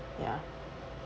ya